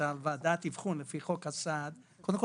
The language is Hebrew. למשל ועדת אבחון לפי חוק הסעד קודם כל